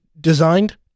designed